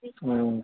میں ہوں